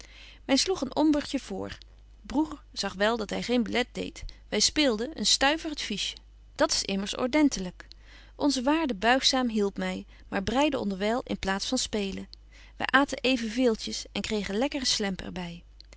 sloeg een ombertje voor broêr zag wel dat hy geen belet deedt wy speelden een stuiver het fiche dat s immers ordentelyk onze waarde buigzaam hielp my maar breidde onderwyl in plaats van spelen wy aten betje wolff en aagje deken historie van mejuffrouw sara burgerhart evenveeltjes en kregen lekkere slemp er